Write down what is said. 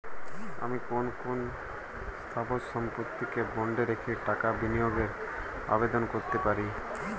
আমি কোন কোন স্থাবর সম্পত্তিকে বন্ডে রেখে টাকা বিনিয়োগের আবেদন করতে পারি?